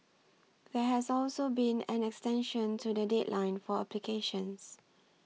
there has also been an extension to the deadline for applications